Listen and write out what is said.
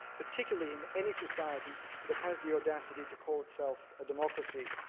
particularly in any society that has the audacity to call itself a democracy.